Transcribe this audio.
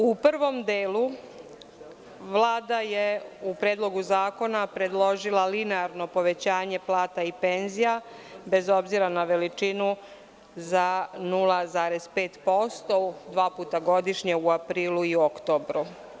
U prvom delu Vlada je u Predlogu zakona predložila linearno povećanje plata i penzija, bez obzira na veličinu za 0,5% dva puta godišnje u aprilu i oktobru.